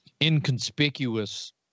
inconspicuous